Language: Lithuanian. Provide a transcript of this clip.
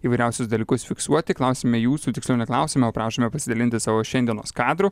įvairiausius dalykus fiksuoti klausime jūsų tiksliau ne klausiame o prašome pasidalinti savo šiandienos kadru